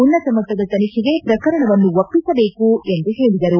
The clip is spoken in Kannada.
ಉನ್ನತ ಮಟ್ಟದ ತನಿಖೆಗೆ ಪ್ರಕರಣವನ್ನು ಒಪ್ಪಿಸಬೇಕು ಎಂದು ಹೇಳಿದರು